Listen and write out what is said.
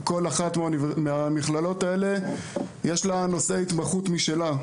כל אחת מהמכללות האלה יש לה נושא התמחות משלה,